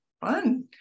fun